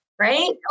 Right